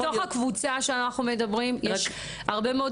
מתוך הקבוצה שאנחנו מדברים יש הרבה מאוד